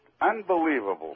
Unbelievable